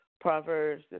Proverbs